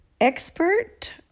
expert